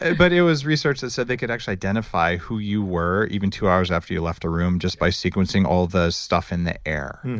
and but it was research that said they could actually identify who you were even two hours after you left a room just by sequencing all the stuff in the air.